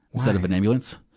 instead of an ambulance.